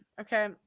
Okay